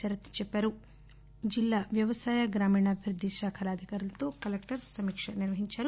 శరత్ జిల్లా వ్యవసాయ గ్రామీణ అభివృద్ది శాఖల అధికారులతో కలెక్టర్ సమీక నిర్భహించారు